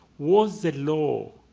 was the law,